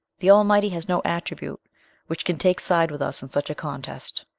the almighty has no attribute which can take side with us in such a contest.